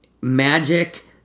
magic